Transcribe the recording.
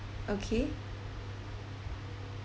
okay